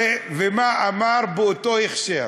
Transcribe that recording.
ב-2015, ומה אמר באותו הקשר?